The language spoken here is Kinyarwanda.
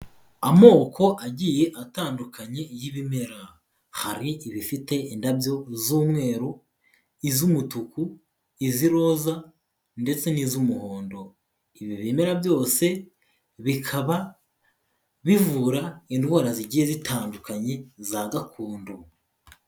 Amoko agiye atandukanye y'ibimera. Hari ibifite indabyo z'umweru, iz'umutuku, iz'iroza, ndetse n'iz'umuhondo. Ibi bimera byose, bikaba bivura indwara zigiye zitandukanye, za gakondo.